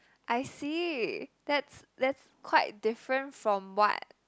I see that's that's quite different from what